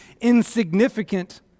insignificant